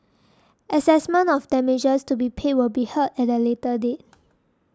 assessment of damages to be paid will be heard at a later date